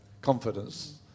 confidence